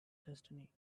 destiny